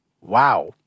Wow